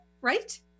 right